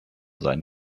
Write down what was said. sein